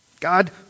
God